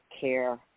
care